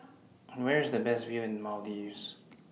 Where IS The Best View in Maldives